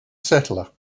settler